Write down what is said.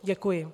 Děkuji.